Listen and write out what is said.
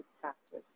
practice